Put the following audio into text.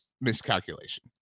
miscalculation